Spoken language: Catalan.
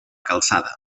calçada